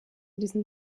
diesem